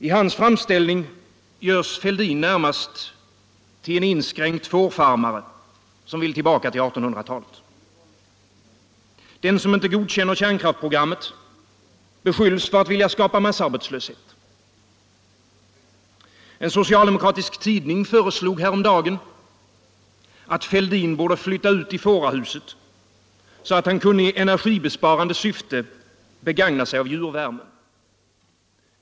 I hans framställning görs Fälldin närmast till en inskränkt fårfarmare, som vill tillbaka till 1800-talet. Den som inte godkänner kärnkraftsprogrammet beskylls för att vilja skapa massarbetslöshet. En socialdemokratisk tidning föreslog häromdagen att Fälldin borde flytta ut i fårahuset, så att han i energibesparande syfte kunde begagna sig av djurvärmen.